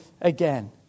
again